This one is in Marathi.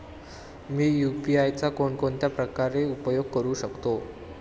मी यु.पी.आय चा कोणकोणत्या प्रकारे उपयोग करू शकतो?